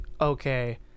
okay